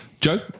Joe